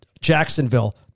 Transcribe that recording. Jacksonville